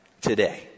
today